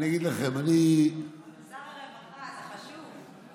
אני אגיד לכם, שר הרווחה, זה חשוב.